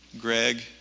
Greg